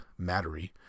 Mattery